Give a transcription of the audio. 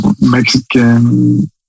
Mexican